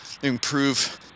improve